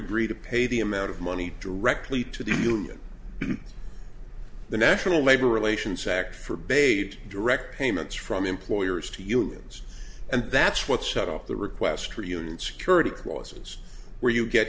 agree to pay the amount of money directly to the the national labor relations act forbade direct payments from employers to unions and that's what set off the request for union security clauses where you get